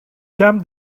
the